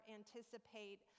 anticipate